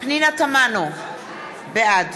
פנינה תמנו, בעד